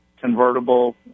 convertible